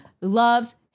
loves